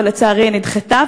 ולצערי היא נדחתה,